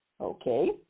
Okay